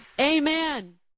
Amen